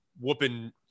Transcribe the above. whooping